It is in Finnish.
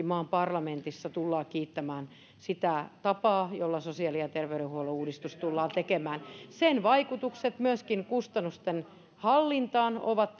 maan parlamentissa tullaan kiittämään sitä tapaa jolla sosiaali ja terveydenhuollon uudistus tullaan tekemään sen vaikutukset myöskin kustannusten hallintaan ovat